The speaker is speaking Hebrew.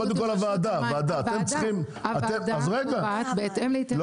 קודם הוועדה --- הוועדה קובעת בהתאם --- רגע,